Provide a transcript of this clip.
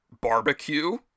barbecue